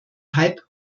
hype